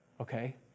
okay